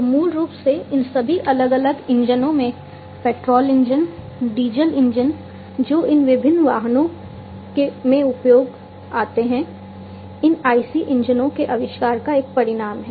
तो मूल रूप से इन सभी अलग अलग इंजनों में पेट्रोल इंजन डीजल इंजन जो इन विभिन्न वाहनों में उपयोग आते हैं इन IC इंजनों के आविष्कार का एक परिणाम है